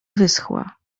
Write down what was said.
wyschła